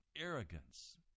arrogance